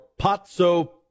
Pazzo